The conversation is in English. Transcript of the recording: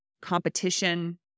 competition